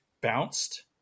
bounced